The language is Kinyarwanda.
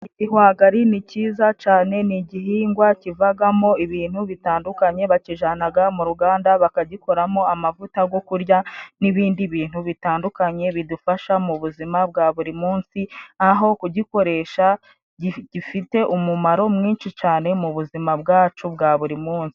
Igihwagari ni cyiza cane. Ni igihingwa kivagamo ibintu bitandukanye. Bakijanaga mu ruganda bakagikoramo amavuta go kurya, n'ibindi bintu bitandukanye bidufasha mu buzima bwa buri munsi, aho kugikoresha gifite umumaro mwinshi cane, mu buzima bwacu bwa buri munsi.